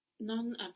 Non